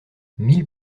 mille